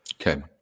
Okay